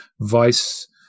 vice